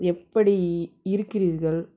எப்படி இருக்கிறீர்கள்